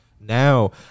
Now